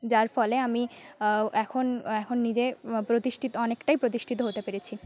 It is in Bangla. যার ফলে আমি আ এখন এখন নিজে প্রতিষ্ঠিত আনেকটাই প্রতিষ্ঠিত হতে পেরেছি